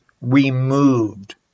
removed